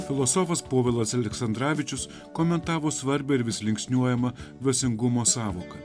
filosofas povilas aleksandravičius komentavo svarbią ir vis linksniuojamą dvasingumo sąvoką